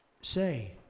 say